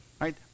right